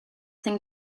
thing